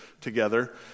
together